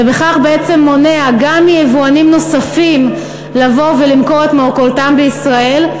ובכך מונע גם מיבואנים נוספים למכור את מרכולתם בישראל,